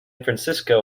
francisco